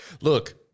Look